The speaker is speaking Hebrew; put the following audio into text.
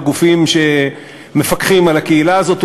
בגופים שמפקחים על הקהילה הזאת,